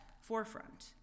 forefront